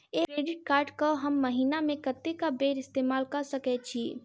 Credit card कऽ हम महीना मे कत्तेक बेर इस्तेमाल कऽ सकय छी?